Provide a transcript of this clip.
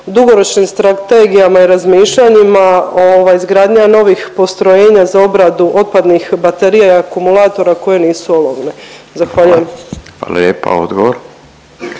dugoročnim strategijama i razmišljanjima izgradnja novih postrojenja za obradu otpadnih baterija i akumulatora koje nisu olovne. Zahvaljujem. **Radin, Furio